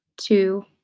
two